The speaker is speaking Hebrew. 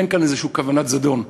אין כאן איזושהי כוונת זדון.